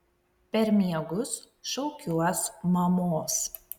per miegus šaukiuos mamos